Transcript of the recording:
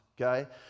Okay